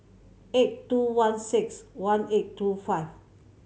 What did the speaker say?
eight two one six one eight two five